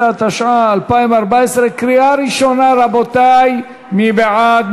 19), התשע"ה 2014, קריאה ראשונה, רבותי, מי בעד?